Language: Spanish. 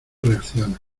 reacciona